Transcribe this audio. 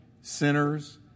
sinners